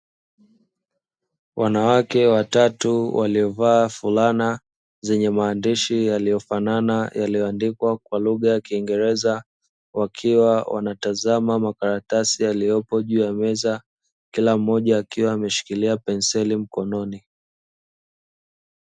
Wanawake watatu, waliovaa fulana zenye maandishi yaliyofanana, yaliyoandikwa kwa lugha ya kiingereza, wakiwa wanatazama makaratasi yaliyopo juu ya meza. Kila mmoja akiwa ameshikilia penseli mkononi.